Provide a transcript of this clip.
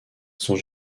sont